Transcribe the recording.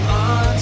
on